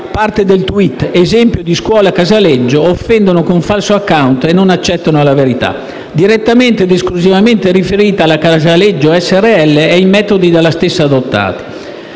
parte del *tweet* («Esempio di scuola @casaleggio, offendono con falso *account* e non accettano la verità:»), direttamente ed esclusivamente riferita alla Casaleggio Associati Srl e ai metodi dalla stessa adottati.